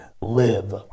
live